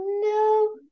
no